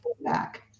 back